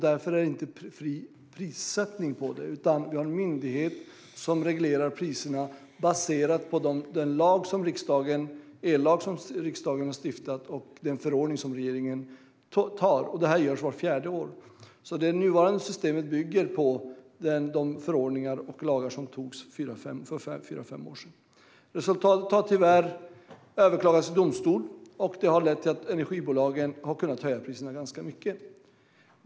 Därför är det inte fri prissättning, utan vi har en myndighet som reglerar priserna baserat på den ellag som riksdagen har stiftat och den förordning som regeringen antar. Det här görs vart fjärde år. Det nuvarande systemet bygger på de förordningar och lagar som antogs för fyra fem år sedan. Resultatet har tyvärr överklagats i domstol. Det har lett till att energibolagen har kunnat höja priserna ganska mycket.